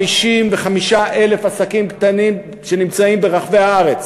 455,000 עסקים קטנים שנמצאים ברחבי הארץ: